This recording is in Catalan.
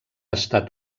estat